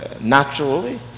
naturally